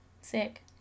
sick